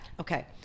Okay